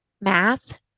Math